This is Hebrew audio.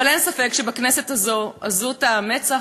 אבל אין ספק שבכנסת הזו עזות המצח